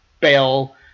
bell